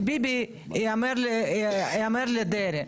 שביבי יאמר לדרעי".